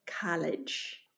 college